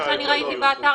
ממה שראיתי בעבר,